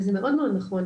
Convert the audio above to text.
וזה מאוד נכון.